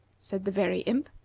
said the very imp,